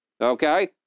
okay